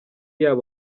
yabo